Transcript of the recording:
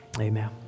Amen